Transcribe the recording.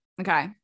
Okay